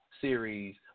series